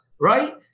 Right